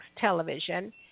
Television